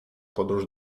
podróż